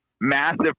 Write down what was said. massive